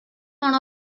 one